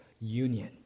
union